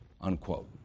unquote